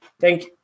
thank